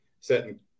certain